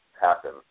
happen